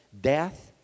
death